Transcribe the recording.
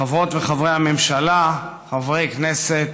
חברות וחברי הממשלה, חברי כנסת